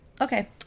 Okay